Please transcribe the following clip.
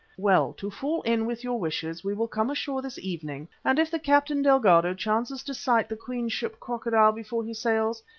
well, to fall in with your wishes, we will come ashore this evening, and if the captain delgado chances to sight the queen's ship crocodile before he sails,